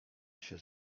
się